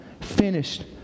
finished